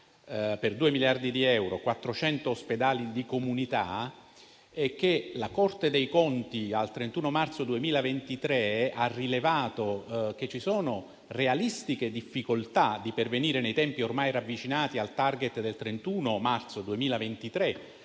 per 2 miliardi di euro e 400 ospedali di comunità; che la Corte dei conti, al 31 marzo 2023, ha rilevato che ci sono realistiche difficoltà di pervenire nei tempi ormai ravvicinati al *target* del 31 marzo 2023